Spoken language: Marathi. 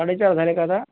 साडेचार झाले का आता